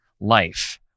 life